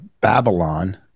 Babylon